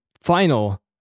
final